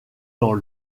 dans